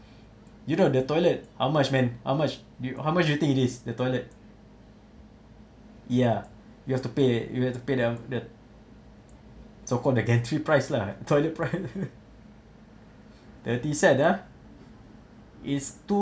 you know the toilet how much man how much do you how much you think it is the toilet ya you have to pay you have to pay them the so called the gantry price lah toilet price ah is two